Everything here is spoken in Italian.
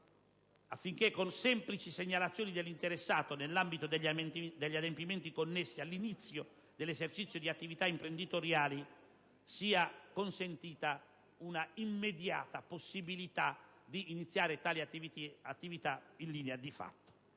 affinché con semplici segnalazioni dell'interessato, nell'ambito degli adempimenti connessi all'inizio dell'esercizio di attività imprenditoriali, sia consentita un'immediata possibilità di iniziare tali attività. Infatti,